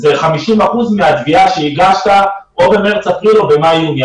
50 אחוזים מהתביעה שהגשת או במארס-אפריל או במאי-יוני.